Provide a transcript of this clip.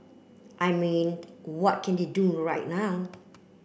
I mean what can they do right now